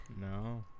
No